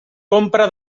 compra